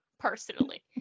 personally